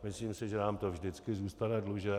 Myslím si, že nám to vždycky zůstane dlužen.